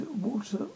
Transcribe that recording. water